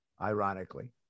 ironically